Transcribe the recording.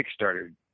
Kickstarter